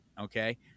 Okay